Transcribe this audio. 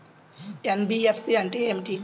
NBFC అంటే ఏమిటి?